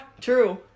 true